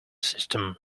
system